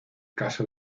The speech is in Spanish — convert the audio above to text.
caso